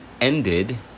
ended